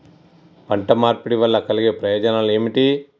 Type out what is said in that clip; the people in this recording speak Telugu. పంట మార్పిడి వల్ల కలిగే ప్రయోజనాలు ఏమిటి?